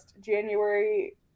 January